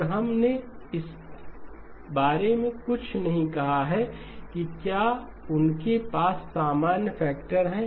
और हमने इस बारे में कुछ नहीं कहा है कि क्या उनके पास सामान्य फैक्टर हैं